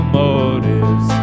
motives